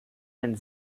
ein